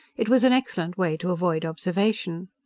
it was an excellent way to avoid observation.